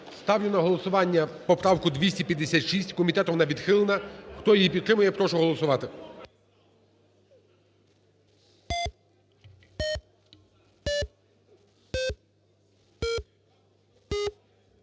Ставлю на голосування поправку 311. Комітет її відхилив. Хто її підтримує, прошу голосувати.